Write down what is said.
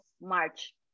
March